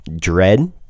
dread